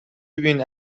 ببین